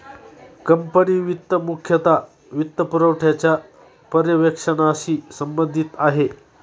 company वित्त मुख्यतः वित्तपुरवठ्याच्या पर्यवेक्षणाशी संबंधित आहे